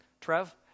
Trev